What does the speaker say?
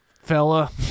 Fella